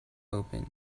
opened